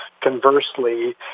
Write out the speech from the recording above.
conversely